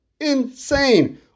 insane